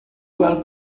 gweld